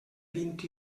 vint